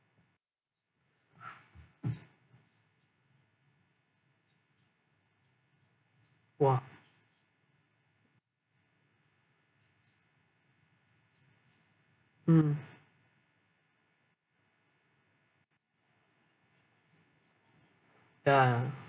!wah! mm ya